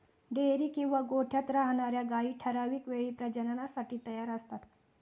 dairy किंवा गोठ्यात राहणार्या गायी ठराविक वेळी प्रजननासाठी तयार असतात